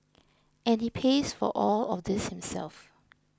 and he pays for all of this himself